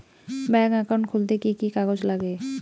Bank account খুলতে কি কি কাগজ লাগে?